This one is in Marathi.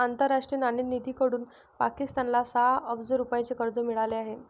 आंतरराष्ट्रीय नाणेनिधीकडून पाकिस्तानला सहा अब्ज रुपयांचे कर्ज मिळाले आहे